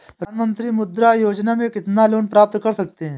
प्रधानमंत्री मुद्रा योजना में कितना लोंन प्राप्त कर सकते हैं?